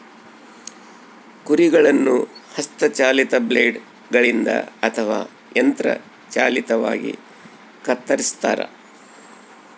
ಕುರಿಗಳನ್ನು ಹಸ್ತ ಚಾಲಿತ ಬ್ಲೇಡ್ ಗಳಿಂದ ಅಥವಾ ಯಂತ್ರ ಚಾಲಿತವಾಗಿ ಕತ್ತರಿಸ್ತಾರ